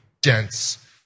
dense